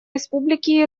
республики